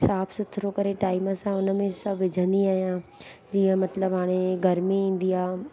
साफ़ सुथरो करे टाइम सां हुनमें सभु विझंदी आहियां जीअं मतिलबु हाणे गर्मी ईंदी आहे